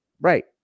Right